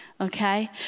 okay